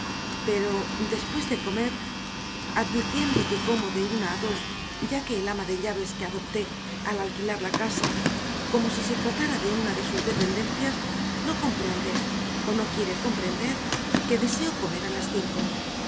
pero después de comer advirtiendo que como de una a dos ya que el ama de llaves que adopté al alquilar la casa como si se tratara de una de sus dependencias no comprende o no quiere comprender que deseo comer a las cinco